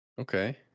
Okay